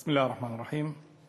בסם אללה א-רחמאן א-רחים.